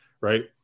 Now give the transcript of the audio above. Right